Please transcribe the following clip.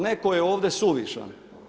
Netko je ovdje suvišan.